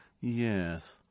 Yes